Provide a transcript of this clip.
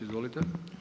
Izvolite.